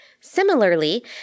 Similarly